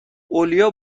اولیاء